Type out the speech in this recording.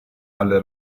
alle